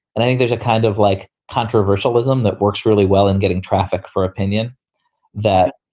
and i think there's a kind of like controversial ism that works really well and getting traffic for opinion that.